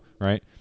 Right